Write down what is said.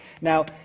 Now